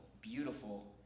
beautiful